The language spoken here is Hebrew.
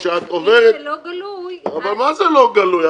אם זה לא גלוי, אז --- אבל מה זה לא גלוי?